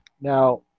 now